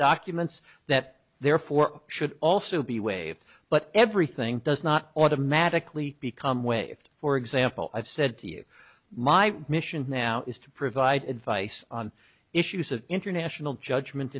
documents that therefore should also be waived but everything does not automatically become waived for example i've said to you my mission now is to provide advice on issues of international judgment